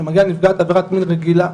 שמגיעה נפגעת עבירת מין רגילה,